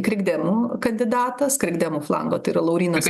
krikdemų kandidatas krikdemų flango tai yra laurynas